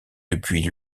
depuis